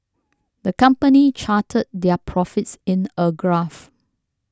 the company charted their profits in a graph